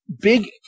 big